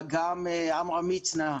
גם עמרם מצנע.